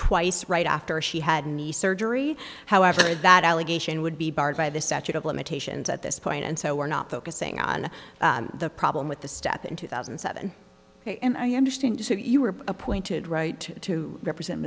twice right after she had knee surgery however that allegation would be barred by the statute of limitations at this point and so we're not focusing on the problem with the step in two thousand and seven and i understand that you were appointed right to represent